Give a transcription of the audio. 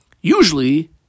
usually